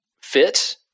fit